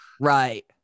Right